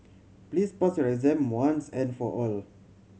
please pass your exam once and for all